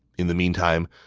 in the meantime,